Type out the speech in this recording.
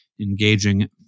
Engaging